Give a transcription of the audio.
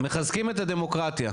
מחזקים את הדמוקרטיה.